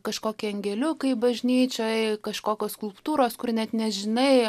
kažkokie angeliukai bažnyčioj kažkokios skulptūros kur net nežinai